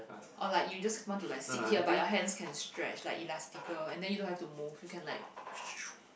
or like you just want to like sit here but your hands can stretch like Elasticgirl and then you don't have to move you can like